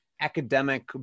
academic